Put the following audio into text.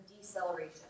deceleration